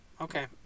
Okay